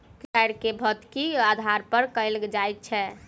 कृषिकार्य के भौतिकीक आधार पर कयल जाइत छै